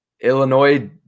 Illinois